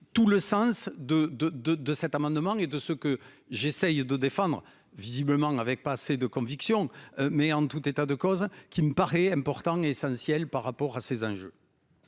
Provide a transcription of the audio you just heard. de de de de cet amendement et de ce que j'essaye de défendre visiblement avec pas assez de conviction mais en tout état de cause qui me paraît important et essentiel par rapport à ces enjeux.